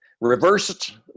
reversed